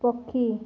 ପକ୍ଷୀ